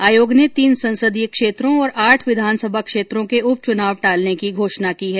आयोग ने तीन संसदीय क्षेत्रों और आठ विधानसभा क्षेत्रों के उप चुनाव टालने की घोषणा की है